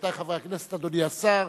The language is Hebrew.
רבותי חברי הכנסת, אדוני השר,